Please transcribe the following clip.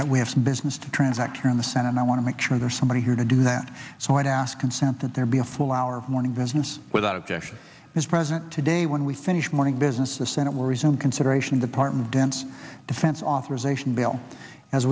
come we have some business to transact around the center and i want to make sure there's somebody here to do that so i ask consent that there be a full hour of morning business without objection is present today when we finish morning business the senate will resume consideration department dense defense authorization bill as